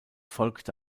folgte